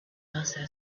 also